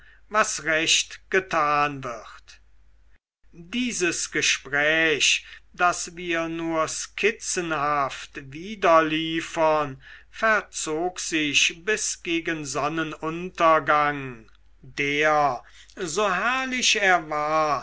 was recht getan wird dieses gespräch das wir nur skizzenhaft wiederliefern verzog sich bis gegen sonnenuntergang der so herrlich er war